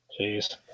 Jeez